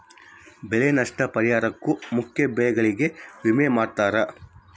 ಬೆಳೆ ನಷ್ಟ ಪರಿಹಾರುಕ್ಕ ಮುಖ್ಯ ಬೆಳೆಗಳಿಗೆ ವಿಮೆ ಮಾಡ್ತಾರ